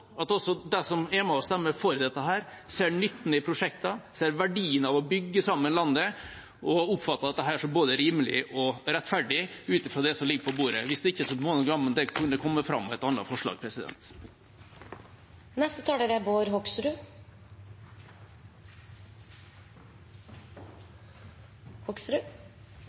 at også de som er med og stemmer for dette, ser nytten i prosjektene, ser verdien av å bygge sammen landet og oppfatter dette som både rimelig og rettferdig, ut fra det som ligger på bordet. Hvis ikke, må en jammen kunne komme fram med et annet forslag. Først har jeg lyst til å starte med å si at dette er